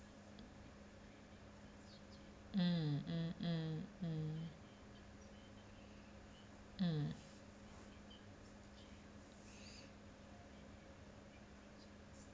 mm mm mm mm mm